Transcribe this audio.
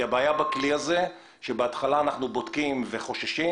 כי הבעיה בכלי הזה היא שבהתחלה אנחנו בודקים וחוששים,